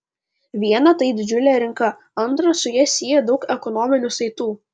viena tai didžiulė rinka antra su ja sieja daug ekonominių saitų